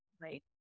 right